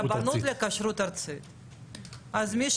ישב שם הרב ליכטנשטיין ז"ל והרב בוחבוט.